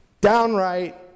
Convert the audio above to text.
downright